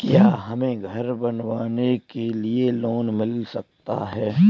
क्या हमें घर बनवाने के लिए लोन मिल सकता है?